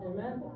Amen